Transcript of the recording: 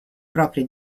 propri